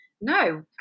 No